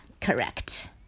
Correct